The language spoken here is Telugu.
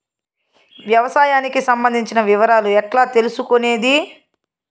వ్యవసాయానికి సంబంధించిన వివరాలు ఎట్లా తెలుసుకొనేది?